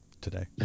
today